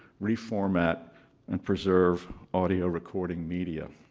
reformat and preserve audio recording media.